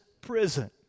prison